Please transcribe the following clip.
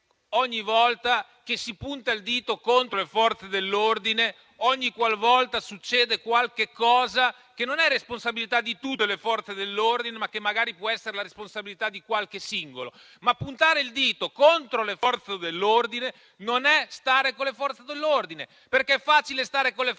ogni qualvolta si punta il dito contro le Forze dell'ordine, ogni qualvolta succede qualche cosa, che non è responsabilità di tutte le Forze dell'ordine, ma che magari può essere la responsabilità di qualche singolo. Ma puntare il dito contro le Forze dell'ordine non è stare con le Forze dell'ordine, perché è facile stare con le Forze dell'ordine